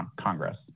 Congress